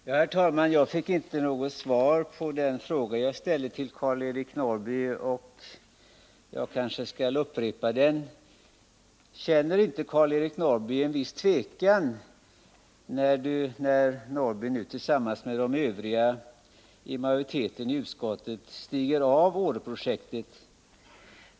Herr talman! Jag fick inte något svar på den fråga jag ställde till Karl-Eric Norrby, och jag kanske skall upprepa den: Känner inte Karl-Eric Norrby en viss tvekan, när han tillsammans med de övriga i utskottsmajoriteten så att säga stiger av Åreprojektet?